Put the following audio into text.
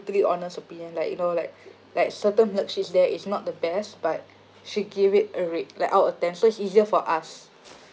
~tally honest opinion like you know like like certain milkshakes there is not the best but she gave it a rate like out of ten so it's easier for us